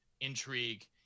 intrigue